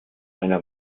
einer